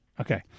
Okay